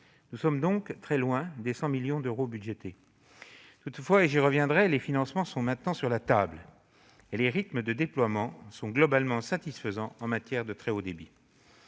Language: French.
Nous sommes donc très loin des 100 millions d'euros budgétés. Toutefois, et j'y reviendrai, les financements sont maintenant sur la table et les rythmes de déploiement sont globalement satisfaisants en matière de très haut débit.